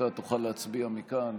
אתה תוכל להצביע מכאן,